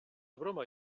broma